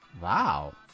Wow